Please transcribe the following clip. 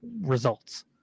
results